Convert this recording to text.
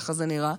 ככה זה נראה,